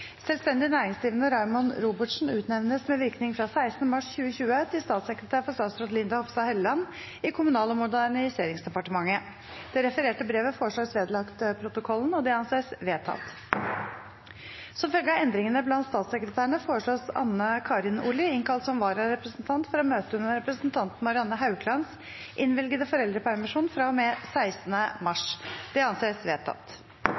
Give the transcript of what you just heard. Selvstendig næringsdrivende Raymond Robertsen utnevnes med virkning fra 16. mars 2020 til statssekretær for statsråd Linda Hofstad Helleland i Kommunal- og moderniseringsdepartementet.» Det refererte brevet foreslås vedlagt protokollen. – Det anses vedtatt. Som følge av endringene blant statssekretærene foreslås Anne Karin Olli innkalt som vararepresentant for å møte under representanten Marianne Hauklands innvilgede foreldrepermisjon fra og med 16. mars. – Det anses vedtatt.